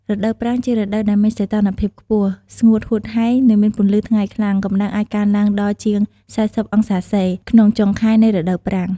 រដូវប្រាំង ជារដូវដែលមានសីតុណ្ហភាពខ្ពស់ ស្ងួតហួតហែង និងមានពន្លឺថ្ងៃខ្លាំង កំដៅអាចឡើងដល់ជាង ៤០អង្សាសេ ក្នុងចុងខែនៃរដូវប្រាំង។